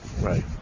Right